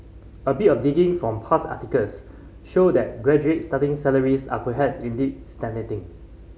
a bit of digging from past articles show that graduate starting salaries are perhaps indeed stagnating